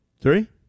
Three